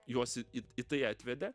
juos į į tai atvedė